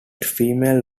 female